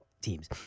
teams